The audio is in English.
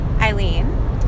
Eileen